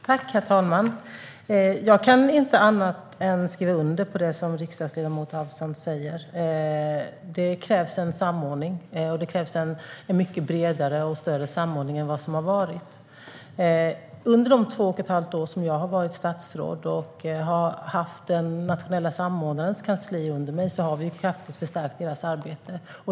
Herr talman! Jag kan inte annat än skriva under på det som riksdagsledamot Avsan säger. Det krävs en samordning och en mycket bredare och större samordning än vad som har varit. Under de två och ett halvt år som jag har varit statsråd och haft den nationella samordnarens kansli under mig har vi kraftigt förstärkt deras arbete.